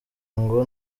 ngo